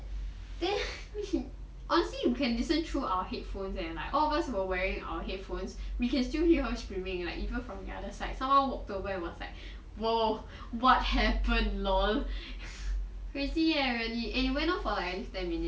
then honestly you can listen through our headphones eh like all of us were wearing our headphones we can still hear screaming like even from the other side someone walked over and was like !whoa! what happened lol crazy eh really and it went on for like at least ten minutes need what so we always just like stop like mute and then you just flip the mic up so we can